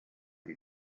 die